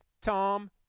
Tom